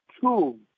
two